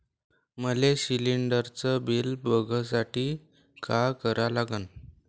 मले शिलिंडरचं बिल बघसाठी का करा लागन?